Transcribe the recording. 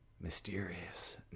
mysterious